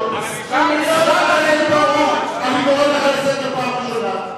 חבר הכנסת פרוש, אני קורא לך לסדר פעם ראשונה.